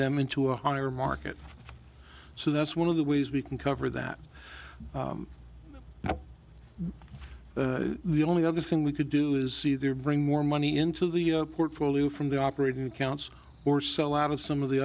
them into a higher market so that's one of the ways we can cover that the only other thing we could do is either bring more money into the portfolio from the operating accounts or sell out of some of the